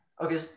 okay